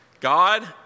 God